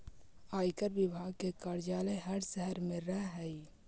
आयकर विभाग के कार्यालय हर शहर में रहऽ हई